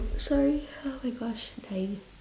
sorry oh my gosh dying